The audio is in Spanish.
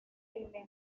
alimentos